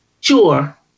sure